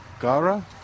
Gara